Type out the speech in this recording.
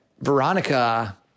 Veronica